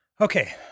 Okay